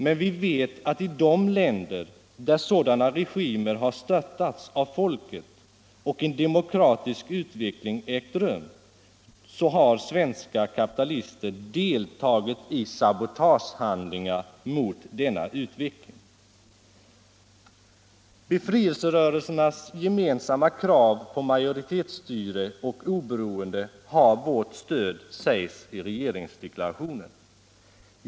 Men vi vet att i de länder där sådana regimer har störtats av folket och en demokratisk utveckling ägt rum har svenska kapitalister deltagit i sabotagehandlingar mot denna utveckling. Befrielserörelsernas gemensamma krav på majoritetsstyre och oberoende har vårt stöd, sägs det i regeringsdeklarationen.